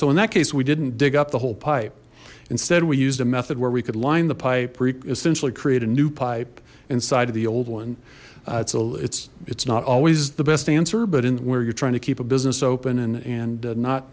so in that case we didn't dig up the whole pipe instead we used a method where we could line the pipe essentially create a new pipe inside of the old one so it's it's not always the best answer but in where you're trying to keep a business open and